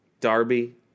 Darby